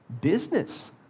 business